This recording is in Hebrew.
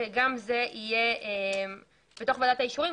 שגם זה יהיה בתוך ועדת האישורים,